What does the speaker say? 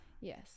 yes